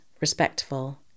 respectful